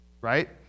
right